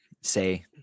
say